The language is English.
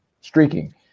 streaking